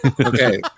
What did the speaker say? Okay